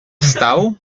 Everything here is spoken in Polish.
wstał